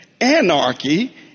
Anarchy